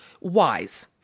wise